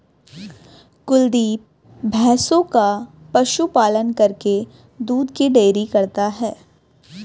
कुलदीप भैंसों का पशु पालन करके दूध की डेयरी करता है